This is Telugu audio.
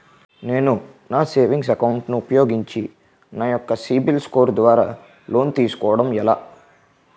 నేను నా సేవింగ్స్ అకౌంట్ ను ఉపయోగించి నా యెక్క సిబిల్ స్కోర్ ద్వారా లోన్తీ సుకోవడం ఎలా?